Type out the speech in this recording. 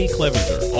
Clevenger